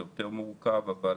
זה יותר מורכב אבל